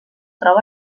troba